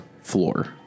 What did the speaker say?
floor